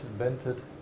invented